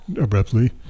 abruptly